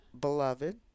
Beloved